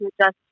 adjust